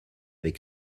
avec